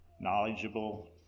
knowledgeable